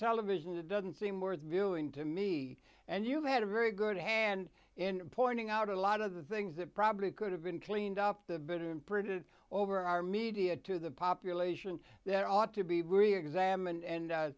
television that doesn't seem worth viewing to me and you had a very good hand in pointing out a lot of the things that probably could have been cleaned up the been printed over our media to the population that ought to be reexamined and